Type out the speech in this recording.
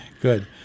Good